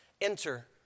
enter